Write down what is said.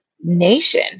nation